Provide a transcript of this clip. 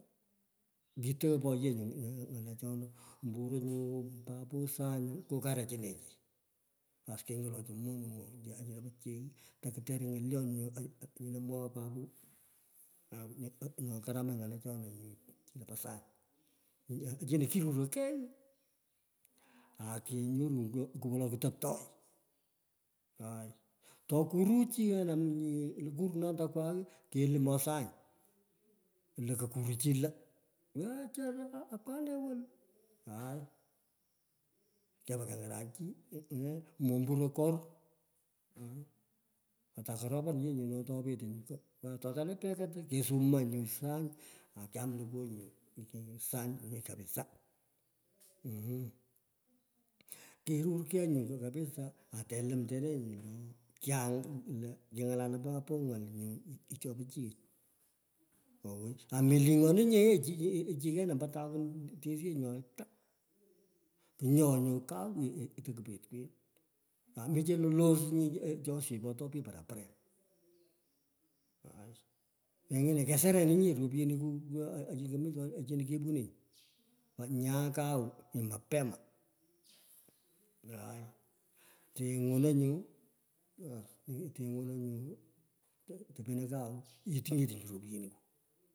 Kitogno poyu yee ng'alechona mburei nyu popo sany ngo karacheni baas, keng'alonchi moning nyu nyino pichry takuter nyu ngalyon nyu mwoghei, papo aa nyo karamach ng'alechonichino po sany chino ye nyu korure kegh. Chini akenyoru wolo kutoptoi aaa. Ate kuru chi wena, to kurunor andokwagh, kelumei lo sany, ko kuri chi lo wechera apkane wol. aa kepa keng'aruk chi. mo mburoi korun aai. Atakoropan ye nyunyu ato petei ko wolo atotole pekat, kesup maa nyu sany akeyam lokaoy nyu sany, kapisaa ummn, kerur kei nyu kapisa. ateluimtena nyu to kiany lo king'alan papo ng'al nyu, cho pichiyech. owoi. Ame ling'onu, nye yech. ombi taun ata. Kanyoghei, nyu κου chelolos cho shepotoi pich poraporen ao pengine kesaserinyi, ropyeniku ochino ochinokepunenyi, nyagha kau nyu mapema aai, teng'ono ngu, teng'eno nyu tepeno kau, iting'etiny, repyeniku.